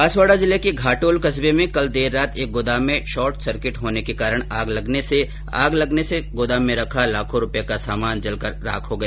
बांसवाड़ा जिले के घाटोल कस्बे में कल देर रात एक गोदाम में शॉर्ट सर्किट होने के कारण आग लगने से आग लगने से गोदाम में रखा लाखों रुपए का सामान जल गया